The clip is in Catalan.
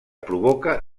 provoca